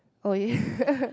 okay